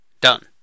done